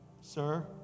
Sir